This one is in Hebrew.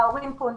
ההורים פונים,